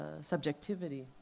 subjectivity